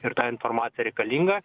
ir ta informacija reikalinga